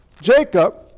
Jacob